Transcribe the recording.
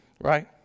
right